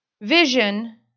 Vision